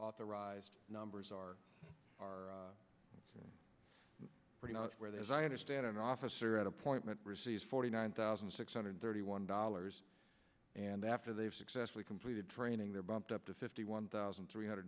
authorized numbers are are pretty much where there's i understand an officer at appointment receives forty nine thousand six hundred thirty one dollars and after they've successfully completed training they're bumped up to fifty one thousand three